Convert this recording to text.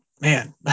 man